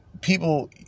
People